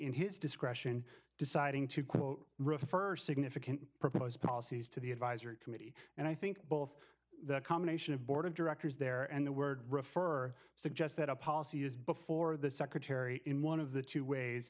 in his discretion deciding to quote refer significant proposed policies to the advisory committee and i think both the combination of board of directors there and the word refer suggest that a policy is before the secretary in one of the two